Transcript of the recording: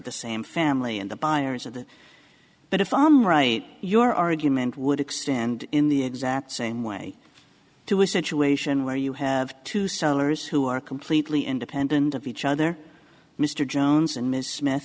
the same family and the buyers of the but if i am right your argument would extend in the exact same way to a situation where you have two sellers who are completely independent of each other mr jones and ms smith